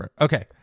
Okay